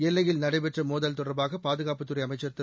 எல்லையில் நடைபெற்ற மோதல் தொடர்பாக பாதுகாப்புத்துறை அமைச்சர் திரு